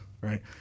right